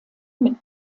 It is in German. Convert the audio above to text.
mit